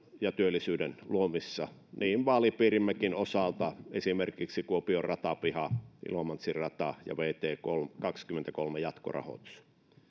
ja työllisyyden luomisessa vaalipiirimmekin osalta esimerkiksi kuopion ratapiha ilomantsin rata ja vt kahdenkymmenenkolmen jatkorahoitus